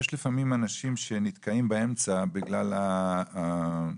יש לפעמים אנשים שנתקעים באמצע בגלל הלא